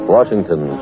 Washington